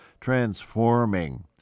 transforming